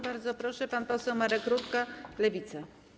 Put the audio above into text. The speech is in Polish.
Bardzo proszę, pan poseł Marek Rutka, Lewica.